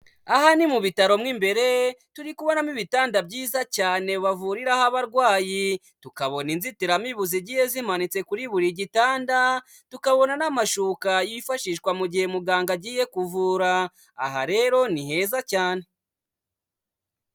Aha ni mu bitaro mw'imbere turi kubonamo ibitanda byiza cyane bavuriraho abarwayi, tukabona inzitiramibu zigiye zimanitse kuri buri gitanda, tukabona n'amashuka yifashishwa mu gihe muganga agiye kuvura. Aha rero ni heza cyane.